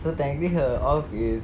so technically her off is